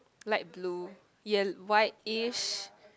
light blue yel~ whitish